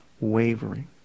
wavering